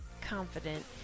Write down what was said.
confident